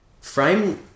Frame